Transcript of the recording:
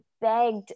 begged